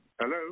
Hello